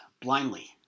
blindly